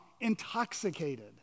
intoxicated